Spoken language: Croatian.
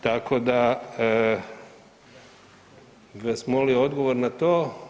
Tako da, bi vas molio odgovor na to.